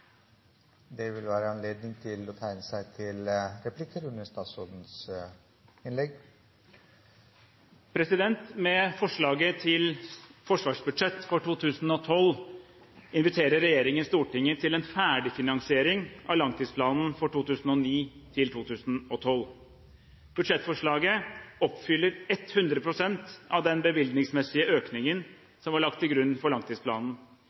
Med forslaget til forsvarsbudsjett for 2012 inviterer regjeringen Stortinget til en ferdigfinansiering av langtidsplanen for 2009–2012. Budsjettforslaget oppfyller 100 pst. av den bevilgningsmessige økningen som var lagt til grunn i langtidsplanen